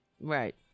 Right